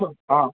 हां